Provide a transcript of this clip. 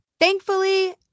thankfully